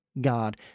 God